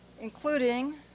including